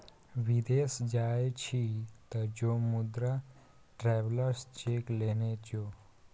विदेश जाय छी तँ जो मुदा ट्रैवेलर्स चेक लेने जो